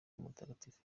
umutagatifu